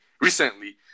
recently